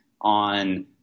on